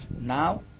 Now